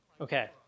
Okay